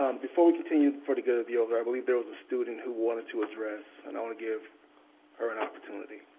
um before we continue for the good of the order, i believe there was a student who wanted to address, and i wanna give her an opportunity.